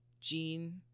gene